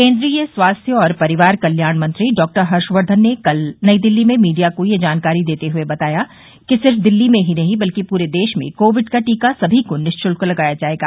केंद्रीय स्वास्थ्य और परिवार कल्याण मंत्री डॉक्टर हर्षकर्धन ने कल नई दिल्ली में मीडिया को यह जानकारी देते हए बताया कि सिर्फ दिल्ली में ही नहीं बल्कि पूरे देश में कोविड का टीका सभी को निश्शत्क लगाया जाएगा